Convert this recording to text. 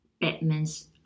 Batman's